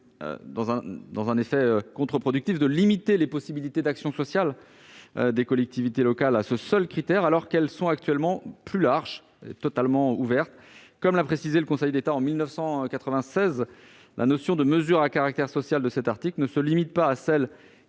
par un effet contre-productif, de limiter les possibilités d'action des collectivités locales à ce seul critère, alors qu'elles sont actuellement plus larges, totalement ouvertes. Comme l'a précisé le Conseil d'État en 1996, la notion de « mesures à caractère social » de cet article ne se limite pas à celles